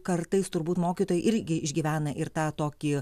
kartais turbūt mokytojai irgi išgyvena ir tą tokį